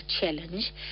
challenge